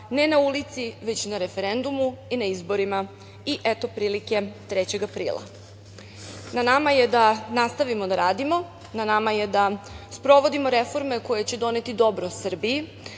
ne na ulici, već na referendumu i na izborima. I, eto prilike, 3. aprila. Na nama je da nastavimo da radimo, da sprovodimo reforme koje će doneti dobro Srbiji,